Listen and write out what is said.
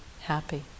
happy